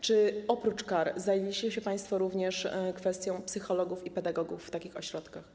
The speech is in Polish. Czy oprócz kar zajęliście się państwo również kwestią psychologów i pedagogów w takich ośrodkach?